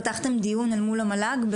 פתחתם דיון מול המל"ג?